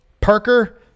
Parker